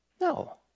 No